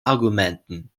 argumenten